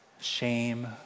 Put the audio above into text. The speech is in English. shame